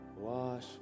Wash